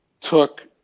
took